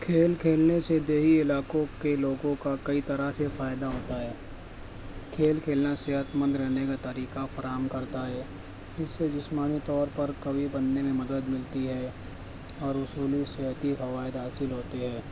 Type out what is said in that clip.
کھیل کھیلنے سے دیہی علاقوں کے لوگوں کا کئی طرح سے فائدہ ہوتا ہے کھیل کھیلنا صحتمند رہنے کا طریقہ فراہم کرتا ہے اس سے جسمانی طور پر قوی بننے میں مدد ملتی ہے اور اصولی صحتی فوائد حاصل ہوتی ہے